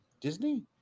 disney